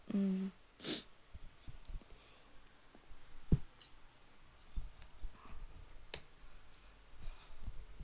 mm